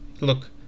look